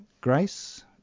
Grace